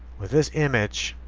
with this image